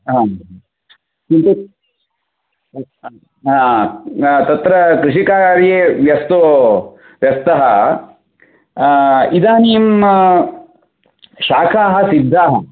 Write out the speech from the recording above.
आम् किञ्चित् तत्र कृषिकार्ये व्यस्तो व्यस्तः इदानीं शाकाः सिद्धाः